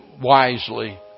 wisely